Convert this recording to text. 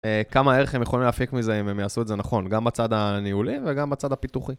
כמה ערך הם יכולים להפיק מזה אם הם יעשו את זה נכון, גם בצד הניהולי וגם בצד הפיתוחי.